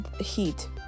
heat